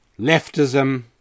leftism